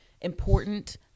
important